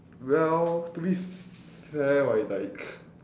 well to be fair right like